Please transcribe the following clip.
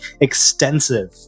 extensive